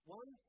one